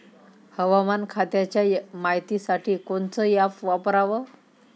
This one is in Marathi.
हवामान खात्याच्या मायतीसाठी कोनचं ॲप वापराव?